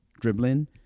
dribbling